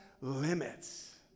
limits